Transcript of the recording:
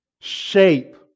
shape